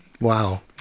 Wow